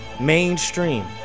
mainstream